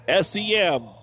SEM